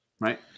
right